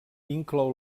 inclou